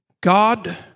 God